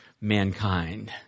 mankind